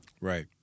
Right